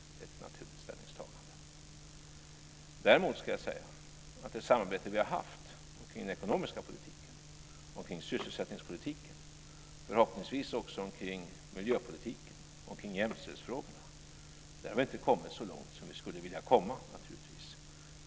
Däremot har vi inte kommit så långt som vi skulle ha önskat med det samarbete som vi har haft om den ekonomiska politiken, om sysselsättningspolitiken, om miljöpolitiken och om jämställdhetsfrågorna.